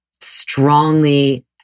strongly